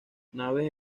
naves